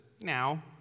Now